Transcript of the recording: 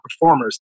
performers